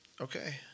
Okay